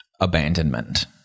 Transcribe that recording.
abandonment